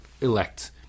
elect